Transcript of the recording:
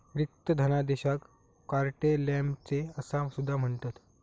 रिक्त धनादेशाक carte blanche असा सुद्धा म्हणतत